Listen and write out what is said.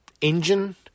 engine